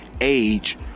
age